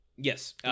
Yes